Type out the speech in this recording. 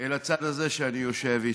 אל הצד הזה, שאני יושב איתו.